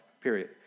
period